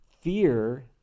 fear